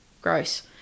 gross